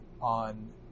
on